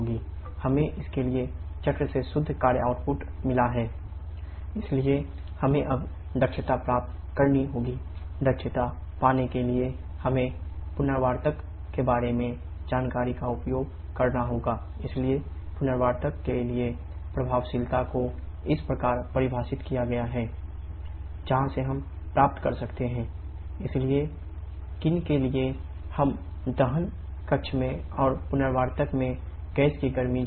हमें इसके लिए चक्र से शुद्ध कार्य आउटपुट के लिए प्रभावशीलता को इस प्रकार परिभाषित किया गया है Effectiveness Actual heat transfer Maximum possible heat transfer T5 T4T9 T4 जहाँ से हम प्राप्त कर सकते हैं 𝑇5 6952 𝐾 इसलिए किन के लिए हम दहन कक्ष में और पुनरावर्तक में गैस की गर्मी जोड़ रहे हैं